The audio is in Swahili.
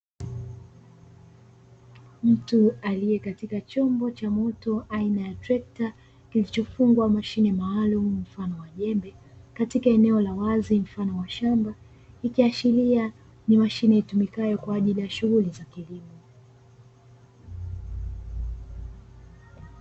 Mtu aliye katika chombo cha moto aina ya trekta kilichofungwa mashine maalumu mfano wa jembe, katika eneo la wazi mfano wa shamba ikiashiria ni mashine itumikayo kwa ajili ya shughuli za kilimo.